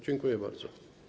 Dziękuję bardzo.